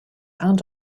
and